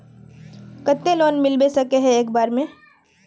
केते लोन मिलबे सके है एक बार में?